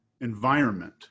environment